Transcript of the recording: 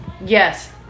Yes